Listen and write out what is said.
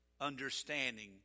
understanding